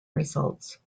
results